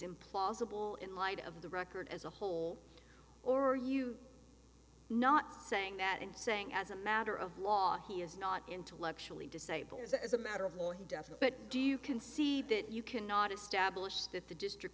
implausible in light of the record as a whole or are you not saying that and saying as a matter of law he is not intellectually disabled as a matter of law and definite but do you concede that you cannot establish that the district